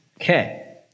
Okay